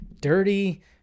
dirty